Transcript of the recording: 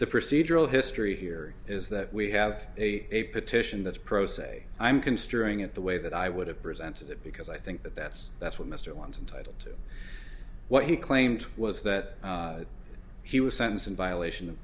the procedural history here is that we have a petition that's pro se i'm considering it the way that i would have presented it because i think that that's that's what mr owens entitle to what he claimed was that he was sentenced in violation of